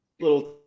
little